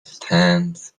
stands